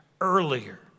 Earlier